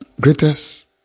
greatest